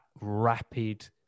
rapid